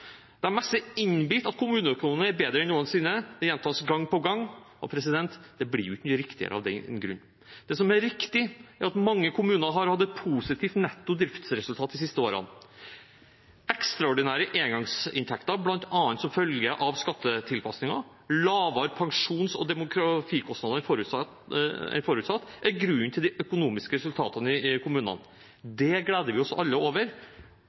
news». De messer innbitt at kommuneøkonomien er bedre enn noensinne – det gjentas gang på gang. Det blir ikke noe riktigere av den grunn. Det som er riktig, er at mange kommuner har hatt et positivt netto driftsresultat de siste årene. Ekstraordinære engangsinntekter, bl.a. som følge av skattetilpasninger samt lavere pensjons- og demografikostnader enn forutsatt, er grunnen til de økonomiske resultatene i kommunene. Det gleder vi oss alle over,